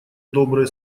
добрые